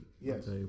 Yes